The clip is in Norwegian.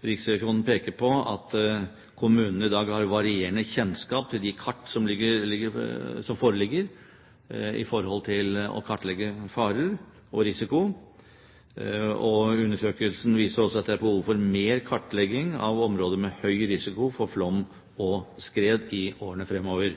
Riksrevisjonen peker på at kommunene i dag har varierende kjennskap til de kart som foreligger, med tanke på å kartlegge farer og risiko. Undersøkelsen viser også at det er behov for mer kartlegging av områder med høy risiko for flom og skred i årene fremover.